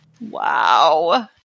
Wow